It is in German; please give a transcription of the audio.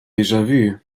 déjà